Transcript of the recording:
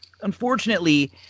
Unfortunately